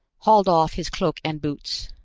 hauled off his cloak and boots.